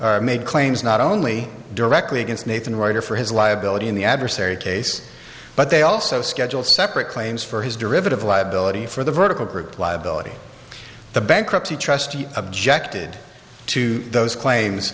made claims not only directly against nathan writer for his liability in the adversary case but they also schedule separate claims for his derivative liability for the vertical group liability the bankruptcy trustee objected to those